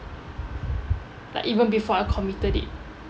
like even before I committed it